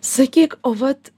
sakyk o vat